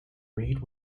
read